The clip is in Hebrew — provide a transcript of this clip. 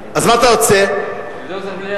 חבר הכנסת זאב,